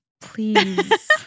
Please